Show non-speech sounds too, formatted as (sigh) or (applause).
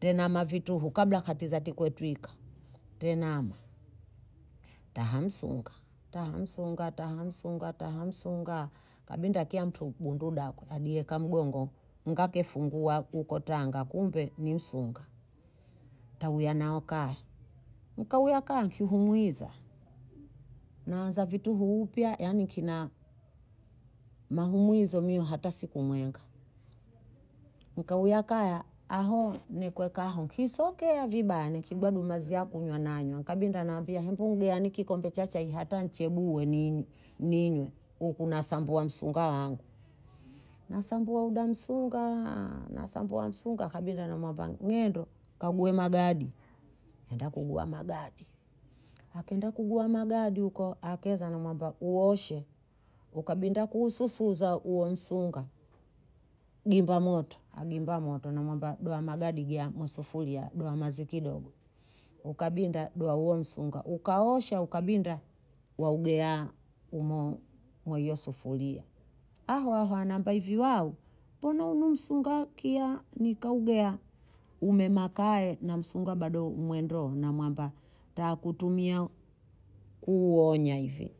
Tena mavituhu kabla hatiza tikwetwika, tenama, taha msunga. taha msunga, taha msunga, taha msunga, kabinda kiya mtu bundu dako adieka mgongo, ngake fungua huko tanga kumbe ni msunga, tawiya nao kaya, nkauya kaya nkihumwiza, naanza vituhu upya yaani nkina mahumwizo mwio hata siku mwenge, nkauya kaya aho nikwekaho kisokea vibaya nikigwadu mazi ya kunywa nanywa, nkabinda nawambia hembu ngeani kikombe cha chai hata nchebue (hesitation) nii- ninywe huku nasambua msunga wangu, nasambua huda (hesitation) msungaaa, nasambua msunga, akabinda namwamba ng'endo kaguhe magadi, aenda kuguha magadi, akenda kuguha magadi huko, akeza namwamba uoshe, ukabinda kuususuza huo msunga gimba moto, agimba moto namwamba doha magadi gea mwi sufuria doha mazi kidogo, ukabinda doha huo msunga, ukaosha ukabinda waugea humo mwa hiyo sufuria, aho aho anambia hivi wahu mbona hunu msunga kiya nikaugea umemakaye na msunga bado u mwe ndoo, namwamba takutumia kuuonya hivi,